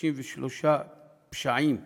63 פשעים ברשת.